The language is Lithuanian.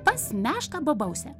pas mešką bobausę